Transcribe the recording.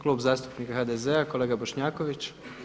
Klub zastupnika HDZ-a kolega Bošnjaković.